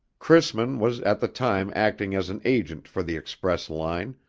chrisman was at the time acting as an agent for the express line,